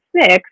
six